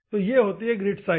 तो ये होती है ग्रिट साइज